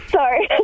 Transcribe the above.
Sorry